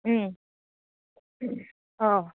ও